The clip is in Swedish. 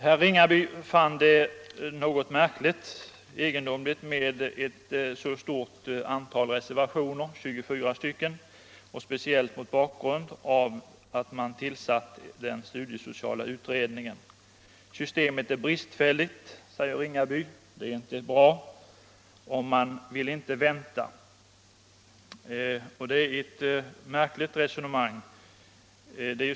Herr Ringaby fann det något egendomligt med ett så stort antal reservationer, 24 stycken, speciellt mot bakgrund av att man har tillsatt den studiesociala utredningen. Systemet är bristfälligt, säger herr Ringaby. Det är inte bra och man vill inte vänta. Det är ett märkligt resonemang.